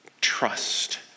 trust